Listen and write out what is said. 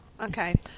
Okay